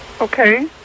Okay